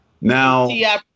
Now